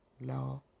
law